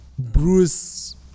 Bruce